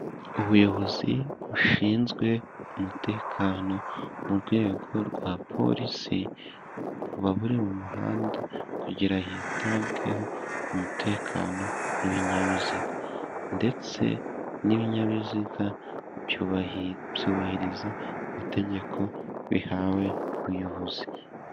Ubuyobozi bushinzwe umutekano, mu rwego rwa polisi buba buri mu muhanda, kugira hitabweho umutekano w'ibinyabiziga ndetse n'ibinyabiziga, byubahiriza amategeko bihawe n'ubuyobozi.